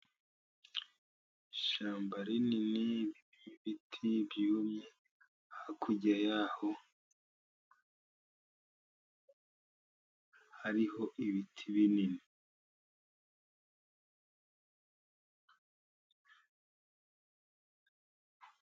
Ishyamba rinini, ririmo ibiti byumye, hakurya yaho hariho ibiti binini.